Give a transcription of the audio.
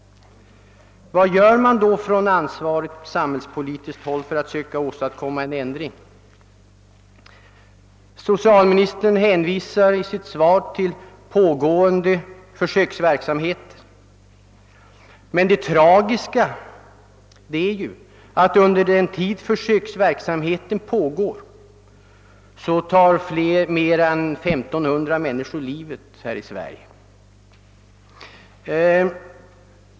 Vad gör man då från ansvarigt samhällspolitiskt håll för att söka åstadkomma en ändring? Socialministern hänvisar i sitt svar till pågående försöksverksamhet. Det tragiska är dock att under den tid försöksverksamheten pågår mer än 1500 människor tar livet av sig här i Sverige.